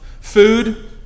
food